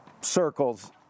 circles